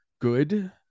good